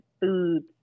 food